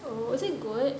was it good